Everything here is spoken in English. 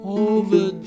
over